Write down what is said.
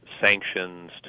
sanctions